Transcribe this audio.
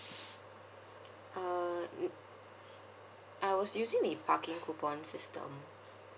uh I was using the parking coupon system